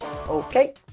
okay